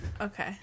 Okay